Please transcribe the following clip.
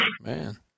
man